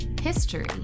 History